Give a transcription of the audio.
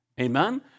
Amen